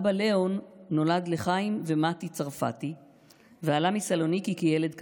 אבא ליאון נולד לחיים ומטי צרפתי ועלה מסלוניקי כילד קטן.